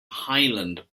highland